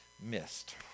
missed